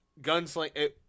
Gunsling